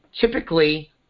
typically